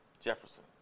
Jefferson